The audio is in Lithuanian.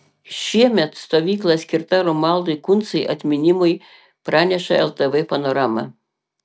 šiemet stovykla skirta romualdui kuncai atminimui praneša ltv panorama